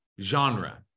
genre